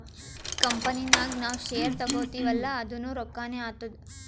company ನಾಗ್ ನಾವ್ share ತಗೋತಿವ್ ಅಲ್ಲಾ ಅದುನೂ ರೊಕ್ಕಾನೆ ಆತ್ತುದ್